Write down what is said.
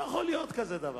לא יכול להיות כזה דבר.